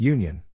Union